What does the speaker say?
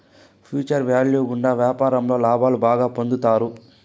future value గుండా వ్యాపారంలో లాభాలు బాగా పొందుతారు